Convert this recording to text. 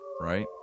right